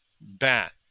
bat